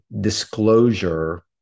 disclosure